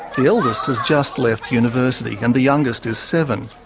the eldest has just left university and the youngest is seven.